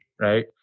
Right